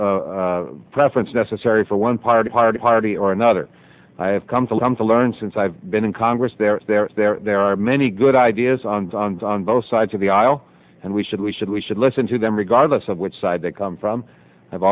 preference necessary for one party party party or another i have come to love to learn since i've been in congress they're there they're there are many good ideas and on both sides of the aisle and we should we should we should listen to them regardless of which side they come from i've